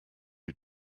who